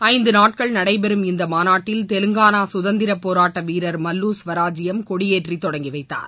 ஐந்து நாட்கள் நடைபெறும் இந்த மாநாட்டில் தெலங்கானா சுதந்திர போராட்ட வீரர் மல்லுா ஸ்வராஜியம் கொடியேற்றி தொடங்கி வைத்தார்